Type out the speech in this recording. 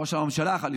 ראש הממשלה החליפי,